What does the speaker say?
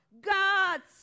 God's